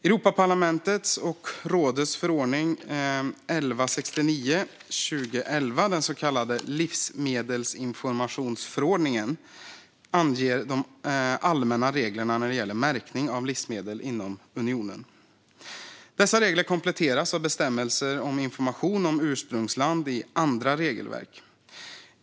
Europaparlamentets och rådets förordning nummer 1169/2011, den så kallade livsmedelsinformationsförordningen, anger de allmänna reglerna när det gäller märkning av livsmedel inom unionen. Dessa regler kompletteras av bestämmelser om information om ursprungsland i andra regelverk.